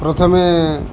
ପ୍ରଥମେ